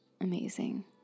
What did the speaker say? amazing